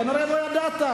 כנראה לא ידעת.